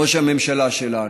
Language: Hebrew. ראש הממשלה שלנו.